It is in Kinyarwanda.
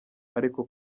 ariko